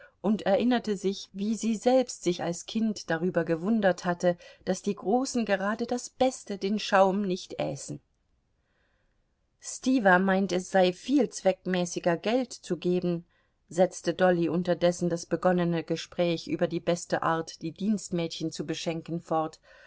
und erinnerte sich wie sie selbst sich als kind darüber gewundert hatte daß die großen gerade das beste den schaum nicht äßen stiwa meint es sei viel zweckmäßiger geld zu geben setzte dolly unterdessen das begonnene gespräch über die beste art die dienstmädchen zu beschenken fort